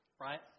right